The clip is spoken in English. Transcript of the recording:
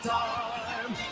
time